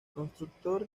constructor